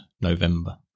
November